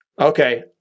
Okay